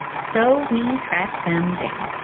so we tracked them down.